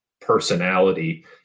personality